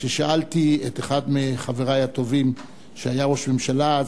כששאלתי את אחד מחברי הטובים, שהיה ראש ממשלה אז,